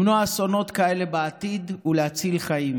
למנוע אסונות כאלה בעתיד ולהציל חיים.